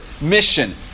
mission